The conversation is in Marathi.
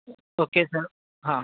ओके सर हां